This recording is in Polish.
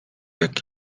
jak